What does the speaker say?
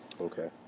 Okay